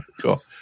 Cool